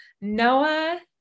Noah